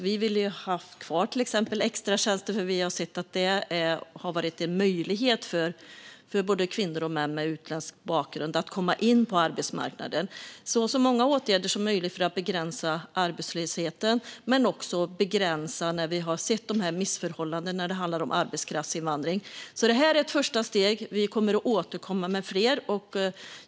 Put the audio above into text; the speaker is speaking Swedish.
Vi vill ha kvar till exempel extratjänster eftersom vi sett att det har gett en möjlighet för både kvinnor och män med utländsk bakgrund att komma in på arbetsmarknaden. Vi vill ha så många åtgärder som möjligt för att begränsa arbetslösheten, men vi vill också göra begränsningar där vi har sett missförhållanden i fråga om arbetskraftsinvandring. Det här ett första steg. Vi återkommer med fler saker.